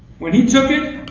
when he took it,